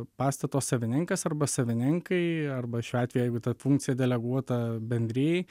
pastato savininkas arba savininkai arba šiuo atveju jeigu ta funkcija deleguota bendrijai